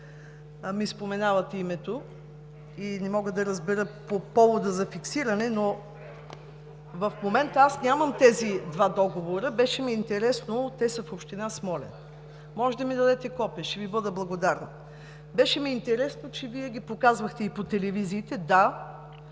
ми споменавате името и не мога да разбера – по повода за фиксиране, но в момента аз нямам тези два договора. Беше ми интересно, те са в община Смолян. Можете да ми дадете копие, ще Ви бъда благодарна. Беше ми интересно, че Вие ги показвахте и по телевизиите.